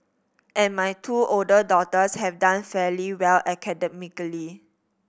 and my two older daughters had done fairly well academically